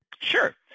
Sure